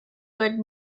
good